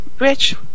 rich